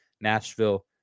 Nashville